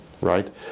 right